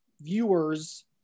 viewers